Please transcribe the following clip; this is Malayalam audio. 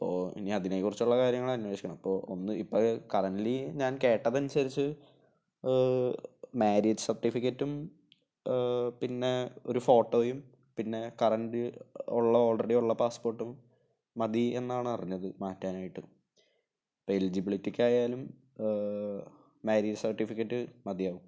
ഇപ്പോൾ ഇനി അതിനെ കുറിച്ചുള്ള കാര്യങ്ങള് അന്വേഷിക്കണം അപ്പോൾ ഒന്ന് ഇപ്പഴ് കറൻലി ഞാന് കേട്ടത് അനുസരിച്ച് മാരീജ് സര്ട്ടിഫിക്കറ്റും പിന്നെ ഒരു ഫോട്ടോയും പിന്നെ കറൻ്റ് ഉള്ള ഓള്റെഡി ഉള്ള പാസ്പോര്ട്ടും മതി എന്നാണ് അറിഞ്ഞത് മാറ്റാനായിട്ട് ഇപ്പം എലിജിബിലിറ്റിക്ക് ആയാലും മാരീജ് സര്ട്ടിഫിക്കറ്റ് മതിയാകും